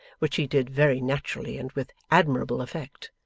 which he did very naturally and with admirable effect,